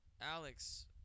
Alex